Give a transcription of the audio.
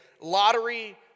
lottery